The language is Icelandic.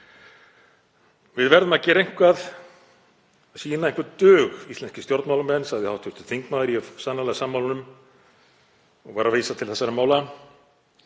Við verðum að gera eitthvað, sýna einhvern dug, íslenskir stjórnmálamenn, sagði hv. þingmaður — ég er sannarlega sammála honum — og var að vísa til þessara mála.